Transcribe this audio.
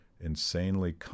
insanely